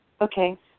Okay